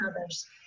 others